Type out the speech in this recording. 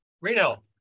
reno